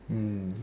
mm